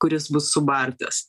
kuris bus subartas